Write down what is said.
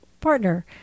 partner